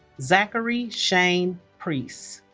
zachary shane preece